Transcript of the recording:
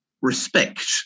respect